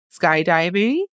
Skydiving